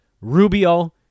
Rubio